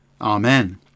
Amen